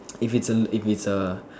if it's a if it's a